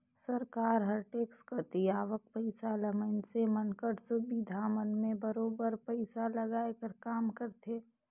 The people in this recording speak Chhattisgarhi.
सरकार हर टेक्स कती आवक पइसा ल मइनसे मन कर सुबिधा मन में बरोबेर पइसा लगाए कर काम करथे